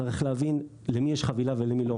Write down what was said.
צריך להבין למי יש חבילה ולמי אין.